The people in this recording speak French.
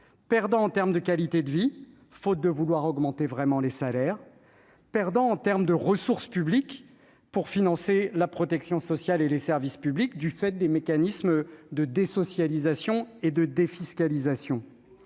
point de vue de la qualité de vie, faute d'une véritable augmentation des salaires, et perdant en ressources publiques pour financer la protection sociale et les services publics, du fait des mécanismes de désocialisation et de défiscalisation.